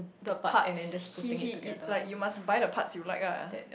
the parts he he it like you must buy the parts you like ah